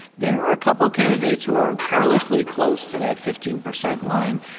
there are a couple of candidates who are perilously close to that fifteen percent line.